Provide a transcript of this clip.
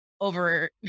over